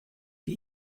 wie